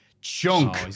Chunk